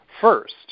first